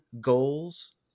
goals